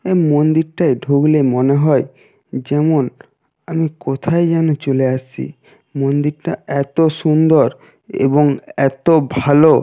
এই মন্দিরটায় ঢুকলে মনে হয় যেমন আমি কোথায় যেন চলে এসেছি মন্দিরটা এতো সুন্দর এবং এতো ভালো